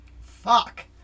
Fuck